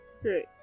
Great